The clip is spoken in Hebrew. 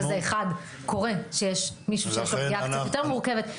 כזה אחד קורה שיש מישהו שיש לו פגיעה קצת יותר מורכבת,